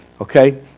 okay